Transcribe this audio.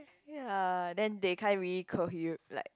ya then they can't really cohe~ like